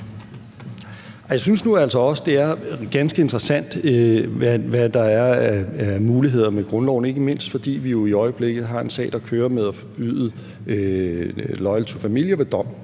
Jeg synes nu altså også, det er ganske interessant, hvad der er af muligheder med grundloven, ikke mindst fordi vi jo i øjeblikket har en sag, der kører, med at forbyde Loyal To Familia ved dom.